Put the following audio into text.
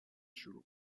شروع